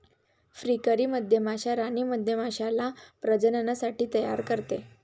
फ्रीकरी मधमाश्या राणी मधमाश्याला प्रजननासाठी तयार करते